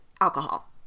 alcohol